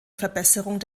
verbesserung